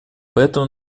поэтому